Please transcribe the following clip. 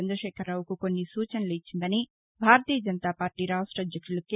చంద్రశేఖరరావుకు కొన్ని సూచనలు ఇచ్చిందని భారతీయ జనతాపార్టీ రాష్ట అధ్యక్షులు కె